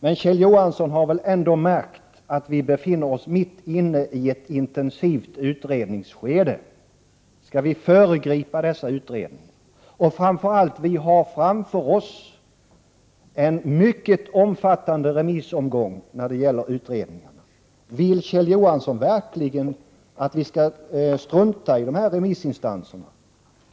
Men Kjell Johansson har väl ändå märkt att vi befinner oss mitt i ett intensivt utredningsskede? Skall vi föregripa dessa utredningar? Vi har framför oss en mycket omfattande remissomgång i fråga om dessa utredningar. Vill verkligen Kjell Johansson att vi skall strunta i remissinstanserna?